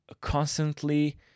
constantly